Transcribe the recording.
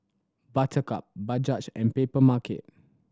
Buttercup Bajaj and Papermarket